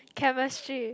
chemistry